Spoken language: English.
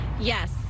Yes